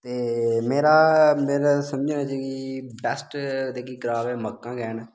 ते मेरा मेरा समझने च कि बैस्ट जेह्की क्रॉप ऐ मक्कां गै हैन